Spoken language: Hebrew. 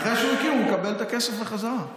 אחרי שהוא הקים, הוא מקבל את הכסף בחזרה.